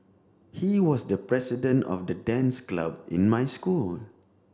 he was the president of the dance club in my school